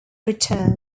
return